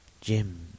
Jim